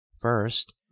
First